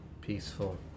peaceful